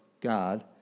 God